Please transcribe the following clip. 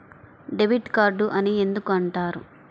Debit card అని ఎందుకు అంటారు?